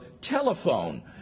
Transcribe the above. telephone